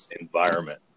environment